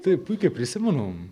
taip puikiai prisimenu